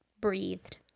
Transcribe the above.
breathed